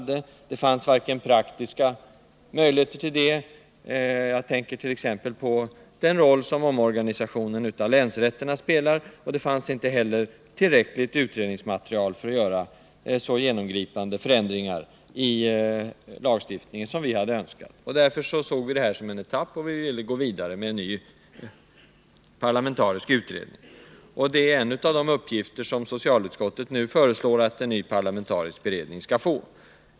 Det fanns varken praktiska öjligheter till det — jag tänker då på den roll som omorganisationen av länsrätterna spelar — eller tillräckligt utredningsmaterial för att vi skulle kunna göra så genomgripande förändringar i lagstiftningen som vi hade önskat. Därför såg vi detta som en etapp och ville gå vidare med en ny parlamentarisk utredning. Detta är en av de uppgifter som socialutskottet nu föreslår att en ny parlamentarisk beredning skall få.